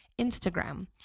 Instagram